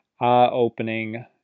eye-opening